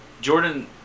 Jordan